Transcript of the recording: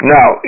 Now